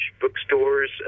bookstores